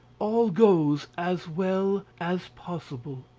all goes as well as possible.